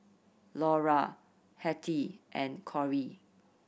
Laura Hetty and Cory